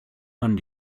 man